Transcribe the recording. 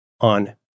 on